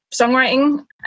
songwriting